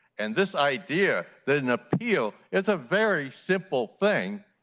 and this idea that an appeal is a very simple thing,